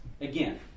again